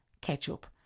ketchup